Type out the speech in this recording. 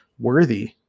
worthy